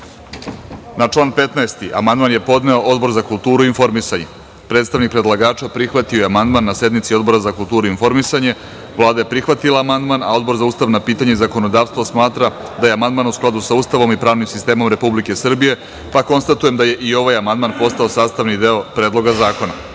član 15. amandman je podneo Odbor za kulturu i informisanje. Predstavnik predlagača prihvatio je amandman na sednici Odbora za kulturu i informisanje. Vlada je prihvatila amandman, a Odbor za ustavna pitanja i zakonodavstvo smatra da je amandman u skladu sa Ustavom i pravnim sistemom Republike Srbije, pa konstatujem da je i ovaj amandman postao sastavni deo Predloga zakona. Reč